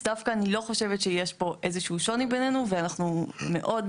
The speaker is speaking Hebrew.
אז אני לא חושבת שיש פה איזה שוני בינינו ואנחנו מאוד-מאוד